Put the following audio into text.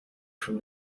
from